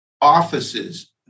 offices